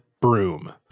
broom